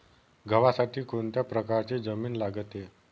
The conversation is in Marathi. गव्हासाठी कोणत्या प्रकारची जमीन लागते?